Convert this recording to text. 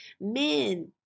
Men